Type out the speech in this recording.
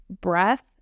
breath